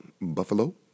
Buffalo